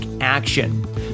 action